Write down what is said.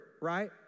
right